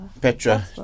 Petra